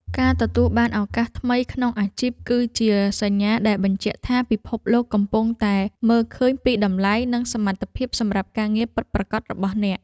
ការទទួលបានឱកាសថ្មីក្នុងអាជីពគឺជាសញ្ញាដែលបញ្ជាក់ថាពិភពលោកកំពុងតែមើលឃើញពីតម្លៃនិងសមត្ថភាពសម្រាប់ការងារពិតប្រាកដរបស់អ្នក។